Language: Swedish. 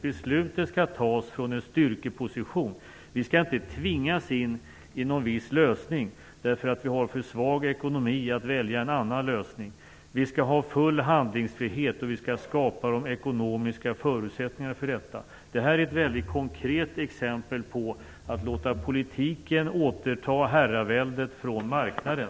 Beslutet skall fattas från en styrkeposition. Vi skall inte tvingas in i någon viss lösning därför att vi har för svag ekonomi att välja en annan lösning. Vi skall ha full handlingsfrihet, och vi skall skapa de ekonomiska förutsättningarna för detta. Detta är ett mycket konkret exempel på att låta politiken återta herraväldet från marknaden.